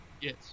yes